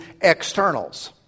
externals